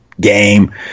game